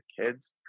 kids